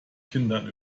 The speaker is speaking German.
kindern